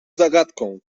zagadką